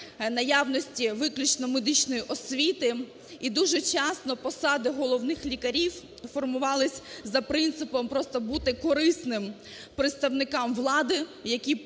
наявності виключно медичної освіти. І дуже часто посади головних лікарів формувались за принципом просто бути корисним представникам влади, які